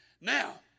Now